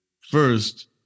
first